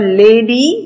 lady